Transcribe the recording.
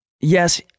yes